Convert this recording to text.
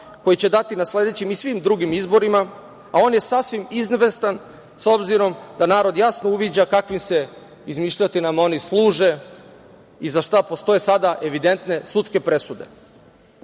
koji će dati na sledećim i svim drugim izborima, a on je sasvim izvestan s obzirom da narod jasno uviđa kakvi se izmišljotinama oni služe i za šta postoje sada evidentne sudske presude.U